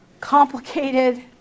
complicated